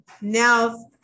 now